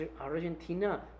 Argentina